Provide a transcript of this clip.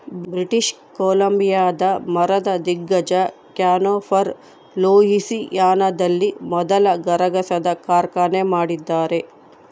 British ಕೊಲಂಬಿಯಾದ ಮರದ ದಿಗ್ಗಜ ಕ್ಯಾನ್ಫೋರ್ ಲೂಯಿಸಿಯಾನದಲ್ಲಿ ಮೊದಲ ಗರಗಸದ ಕಾರ್ಖಾನೆ ಮಾಡಿದ್ದಾರೆ